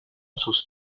sus